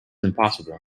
impossible